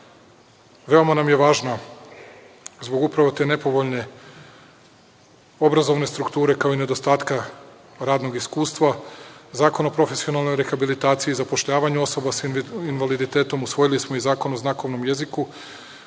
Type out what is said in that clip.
Veoma nam je važan, upravo zbog te nepovoljne obrazovne strukture, kao i nedostatka radnog iskustva, Zakon o profesionalnoj rehabilitaciji i zapošljavanju osoba sa invaliditetom. Usvojili smo i Zakon o znakovnom jeziku,